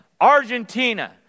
argentina